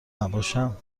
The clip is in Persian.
نباشم